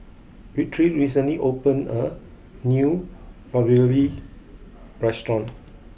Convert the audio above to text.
Victory recently opened a new Ravioli restaurant